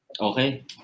Okay